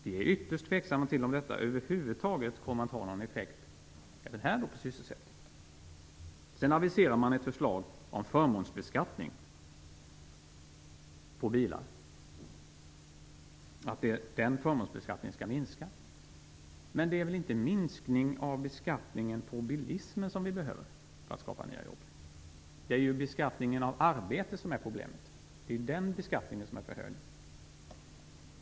Vi är ytterst tveksamma till om detta över huvud taget kommer att ha någon effekt på sysselsättningen. Sedan aviserar man ett förslag om att förmånsbeskattningen på bilar skall minska. Men det är väl inte en minskning av beskattningen av bilismen som vi behöver för att skapa nya jobb! Det är ju beskattningen av arbete som är problemet - det är ju den beskattningen som är för hög.